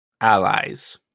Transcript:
allies